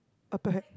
upper hat